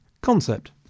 concept